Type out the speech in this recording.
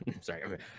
sorry